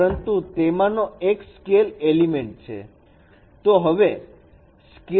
પરંતુ એમાંનો એક સ્કેલ એલિમેન્ટ છે